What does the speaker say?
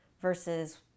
versus